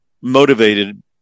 motivated